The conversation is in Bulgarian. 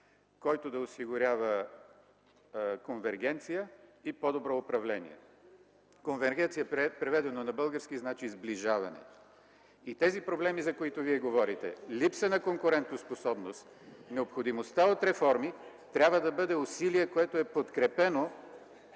който да осигурява конвергенция и по-добро управление.” Конвергенция, преведено на български означава сближаване. (Шум и реплики от ГЕРБ.) Тези проблеми, за които Вие говорите, липса на конкурентоспособност, необходимостта от реформи, трябва да бъде усилие, което е подкрепено